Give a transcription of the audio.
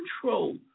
control